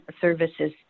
services